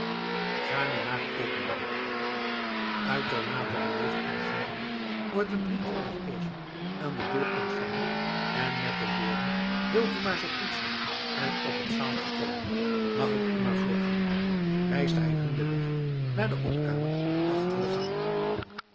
ga nu maar opendoen uitermate beleefd en vriendelijk wordt het drietal door keesje aan de deur ontvangen en met de woorden wilt u maar zoo goed zijn en op het zaaltje komen mag ik u maar voorgaan wijst hij hun den weg naar de opkamer achter de gang